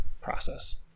process